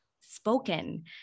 spoken